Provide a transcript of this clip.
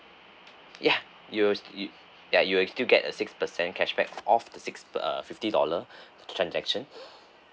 yeah you will you ya you will still get a six percent cashback off six uh fifty dollar the transaction